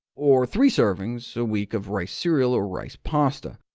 or three servings a week of rice cereal or rice pasta,